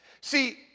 See